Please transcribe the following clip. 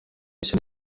rishya